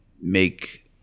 make